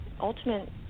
ultimate